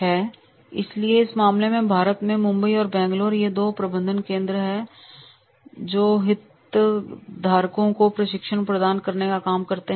और इसलिए इस मामले में भारत में मुंबई और बैंगलोर ये दो प्रबंधन केंद्र वे अपने हितधारकों को प्रशिक्षण प्रदान करने के लिए काम करते हैं